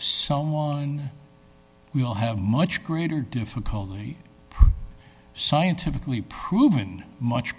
someone will have much greater difficulty scientifically proven much